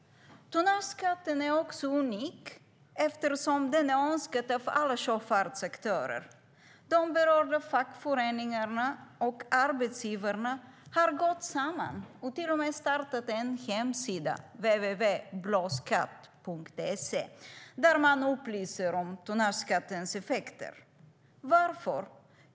Tonnageskatten är också unik eftersom den är önskad av alla sjöfartsaktörer. De berörda fackföreningarna och arbetsgivarna har gått samman och till och med startat en hemsida, www.blåskatt.se, där man upplyser om tonnageskattens effekter. Varför?